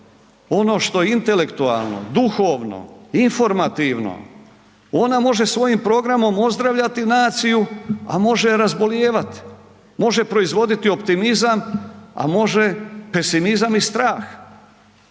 ono što je intelektualno, duhovno, informativno, ona može svojim programom ozdravljati naciju, a može je razbolijevati, može proizvoditi optimizam, a može pesimizam i strah.